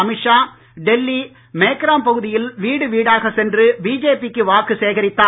அமீத் ஷா டெல்லி மேக்ராம் பகுதியில் வீடு வீடாக சென்று பிஜேபி வாக்கு சேகரித்தார்